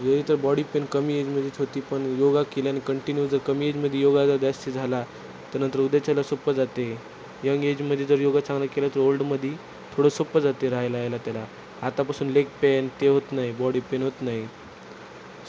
हे तर body pain कमी एजमध्येच होते पण योगा केल्याने कंटिन्यू जर कमी एजमध्ये योगा जर जास्ती झाला त्या नंतर उद्याच्याला सोपं जाते यंग एजमध्ये जर योगा चांगला केला तर ओल्डमध्ये थोडं सोप्पं जाते राहायला याला त्याला आतापासून लेग पेन ते होत नाही बॉडी पेन होत नाही